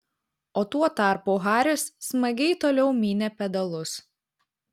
o tuo tarpu haris smagiai toliau mynė pedalus